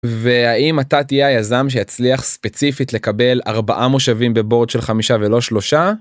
והאם אתה תהיה היזם שיצליח ספציפית לקבל 4 מושבים בבורד של חמישה ולא שלושה.